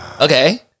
okay